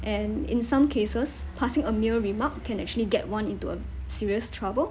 and in some cases passing a mere remark can actually get one into a serious trouble